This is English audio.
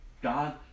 God